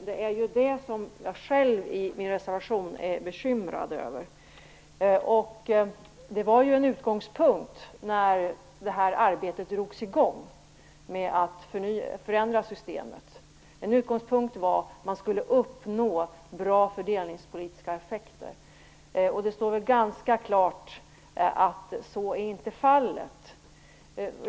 Det är ju det som jag i min reservation är bekymrad över. En utgångspunkt då arbetet med att förändra systemet drogs i gång var att man skulle uppnå bra fördelningspolitiska effekter. Det står väl ganska klart att så inte är fallet.